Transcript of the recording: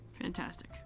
fantastic